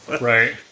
Right